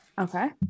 Okay